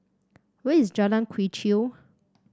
where is Jalan Quee Chew